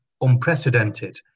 unprecedented